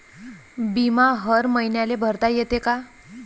बिमा हर मईन्याले भरता येते का?